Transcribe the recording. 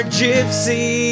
gypsy